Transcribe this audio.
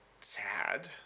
sad